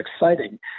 exciting